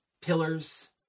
Pillars